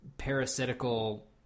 parasitical